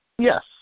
Yes